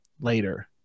later